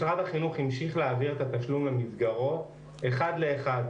משרד החינוך המשך להעביר את התשלום למסגרות אחד לאחד.